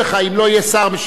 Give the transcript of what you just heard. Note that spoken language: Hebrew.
אם לא יהיה שר משיב לזה,